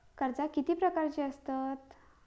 कर्जा किती प्रकारची आसतत